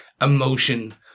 emotion